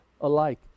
alike